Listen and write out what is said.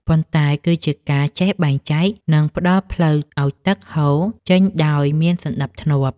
ប៉ុន្តែគឺជាការចេះបែងចែក និងផ្ដល់ផ្លូវឱ្យទឹកហូរចេញដោយមានសណ្ដាប់ធ្នាប់។